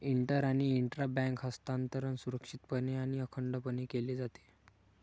inter आणि intra bank हस्तांतरण सुरक्षितपणे आणि अखंडपणे केले जाते